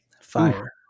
fire